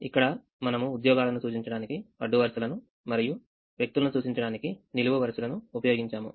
ఇక్కడ మనము ఉద్యోగాలను సూచించడానికి అడ్డు వరుసలను మరియువ్యక్తులను సూచించడానికి నిలువు వరుసలను ఉపయోగించాము